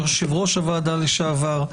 יושב-ראש הוועדה לשעבר,